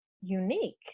unique